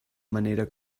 manera